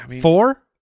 Four